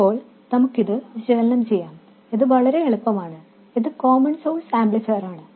ഇപ്പോൾ നമുക്കിത് വിശകലനം ചെയ്യാം ഇത് വളരെ എളുപ്പമാണ് അത് കോമൺ സോഴ്സ് ആംപ്ലിഫയർ ആണ്